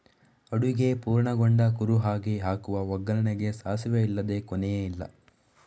ಅಡುಗೆ ಪೂರ್ಣಗೊಂಡ ಕುರುಹಾಗಿ ಹಾಕುವ ಒಗ್ಗರಣೆಗೆ ಸಾಸಿವೆ ಇಲ್ಲದೇ ಕೊನೆಯೇ ಇಲ್ಲ